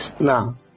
Now